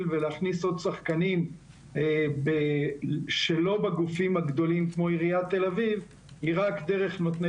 ולהכניס עוד שחקנים שלא בגופים הגדולים היא רק דרך נותני